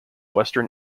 western